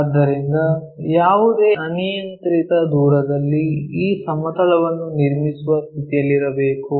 ಆದ್ದರಿಂದ ಯಾವುದೇ ಅನಿಯಂತ್ರಿತ ದೂರದಲ್ಲಿ ಈ ಸಮತಲವನ್ನು ನಿರ್ಮಿಸುವ ಸ್ಥಿತಿಯಲ್ಲಿರಬೇಕು